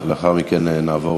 לאחר מכן נעבור